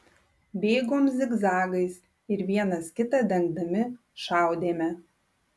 bėgom zigzagais ir vienas kitą dengdami šaudėme